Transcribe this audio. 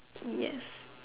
yes